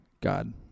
God